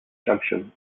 junction